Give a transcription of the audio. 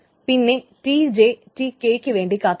പിന്നെ Tj Tk ക്ക് വേണ്ടി കാത്തിരിക്കും